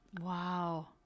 wow